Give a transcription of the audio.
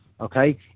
okay